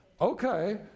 okay